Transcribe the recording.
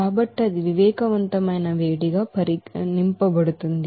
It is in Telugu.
కాబట్టి అది వివేకవంతమైన వేడిగా పరిగణించబడుతుంది